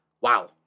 wow